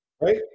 Right